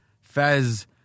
Fez